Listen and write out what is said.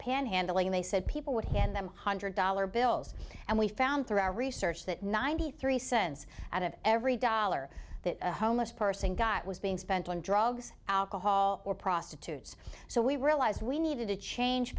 panhandling they said people would hand them a hundred dollar bills and we found through our research that ninety three cents out of every dollar that a homeless person got was being spent on drugs alcohol or prostitutes so we realized we needed to change